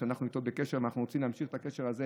שאנחנו בקשר איתו ואנחנו רוצים להמשיך את הקשר הזה